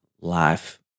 life